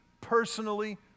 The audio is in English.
personally